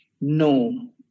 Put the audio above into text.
No